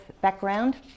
background